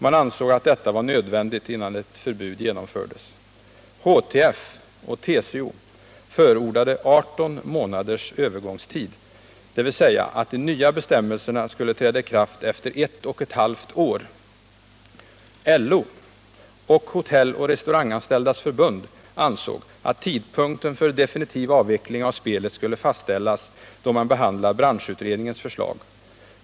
Man ansåg att detta var nödvändigt innan ett förbud genomfördes. HTF och TCO förordade 18 månaders övergångstid, dvs. att de nya bestämmelserna skulle träda i kraft efter ett och ett halvt år. LO och Hotelloch restauranganställdas förbund ansåg att tidpunkten för definitiv avveckling av spelet skulle fastställas då man behandlar branschutredningens förslag.